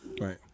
Right